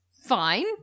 fine